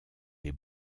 des